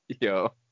Yo